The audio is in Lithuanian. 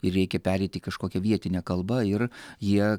ir reikia pereit į kažkokią vietinę kalbą ir jie